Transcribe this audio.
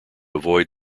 avoid